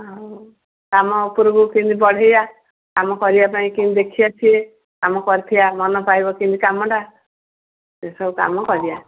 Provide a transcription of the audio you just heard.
ଆଉ କାମ ଉପରକୁ କେମିତି ବଢ଼େଇବା କାମ କରିବା ପାଇଁ କେମତି ଦେଖିଆଛି କାମ କରିଥିବା ମନ ପାଇବ କେମିତି କାମଟା ସେସବୁ କାମ କରିବା